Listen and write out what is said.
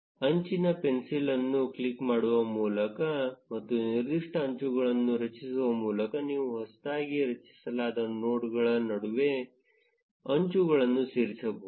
ಅಂಚಿನ ಪೆನ್ಸಿಲ್ ಅನ್ನು ಕ್ಲಿಕ್ ಮಾಡುವ ಮೂಲಕ ಮತ್ತು ನಿರ್ದಿಷ್ಟ ಅಂಚುಗಳನ್ನು ರಚಿಸುವ ಮೂಲಕ ನೀವು ಹೊಸದಾಗಿ ರಚಿಸಲಾದ ನೋಡ್ಗಳ ನಡುವೆ ಅಂಚುಗಳನ್ನು ಸೇರಿಸಬಹುದು